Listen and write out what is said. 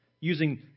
using